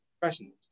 professionals